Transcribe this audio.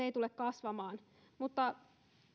ei tule kasvamaan mutta